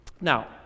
Now